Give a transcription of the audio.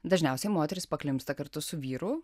dažniausiai moteris paklimsta kartu su vyru